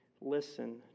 listen